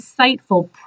insightful